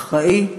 אחראי,